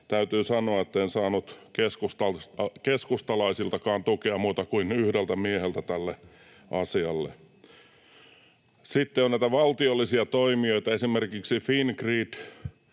täytyy sanoa, että en saanut keskustalaisiltakaan tukea, muilta kuin yhdeltä mieheltä, tälle asialle. Sitten on näitä valtiollisia toimijoita, esimerkiksi Fingrid.